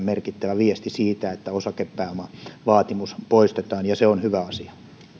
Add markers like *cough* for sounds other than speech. *unintelligible* merkittävä viesti että osakepääomavaatimus poistetaan ja se on hyvä asia